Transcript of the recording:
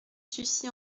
sucy